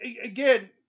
again